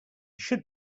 should